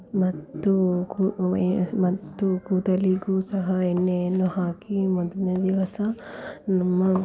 ಮತ್ತು ಕೂ ಮತ್ತು ಕೂದಲಿಗೂ ಸಹ ಎಣ್ಣೆಯನ್ನು ಹಾಕಿ ಮೊದಲನೇ ದಿವಸ ನಮ್ಮ